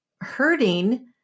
hurting